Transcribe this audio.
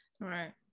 right